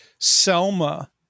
Selma